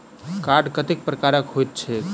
Card कतेक प्रकारक होइत छैक?